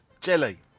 Jelly